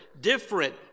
different